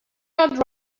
not